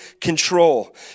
control